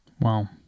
Wow